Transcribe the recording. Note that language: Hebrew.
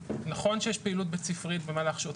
נכון שיש פעילות בית ספרית במהלך שעות